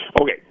Okay